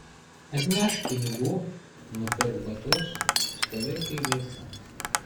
atnešk pinigų nupirk batus stovėk eilėse